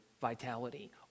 vitality